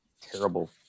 terrible